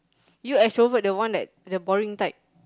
you extrovert the one that the boring type